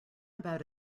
about